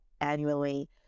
annually